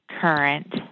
Current